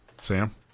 Sam